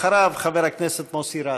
אחריו, חבר הכנסת מוסי רז.